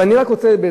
אני רוצה לומר,